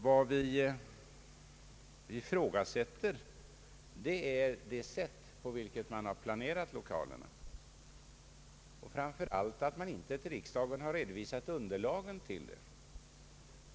Vad vi ifrågasätter är det sätt varpå man planerat lokalerna. Vi undrar framför allt varför inte underlaget för behovsprövningen redovisas för riksdagen.